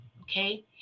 okay